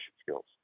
skills